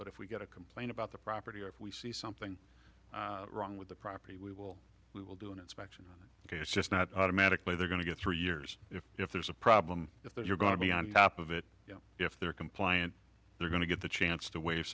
but if we get a complaint about the property or if we see something wrong with the property we will we will do an inspection it's just not automatically they're going to get three years if if there's a problem if they're going to be on top of it you know if they're compliant they're going to get the chance to wa